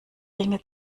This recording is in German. dinge